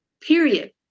period